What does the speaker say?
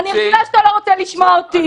אני מבינה שאתה לא רוצה לשמוע אותי.